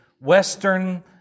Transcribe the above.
Western